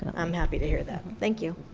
i'm happy to hear that. thank you.